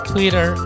Twitter